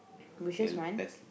bushes one